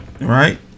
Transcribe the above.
Right